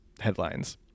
headlines